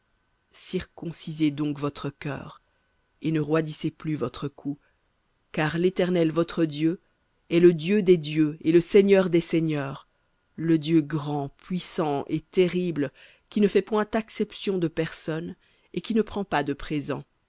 circoncisez donc votre cœur et ne roidissez plus votre cou car l'éternel votre dieu est le dieu des dieux et le seigneur des seigneurs le dieu grand puissant et terrible qui ne fait point acception de personnes et qui ne prend pas de présents